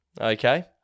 Okay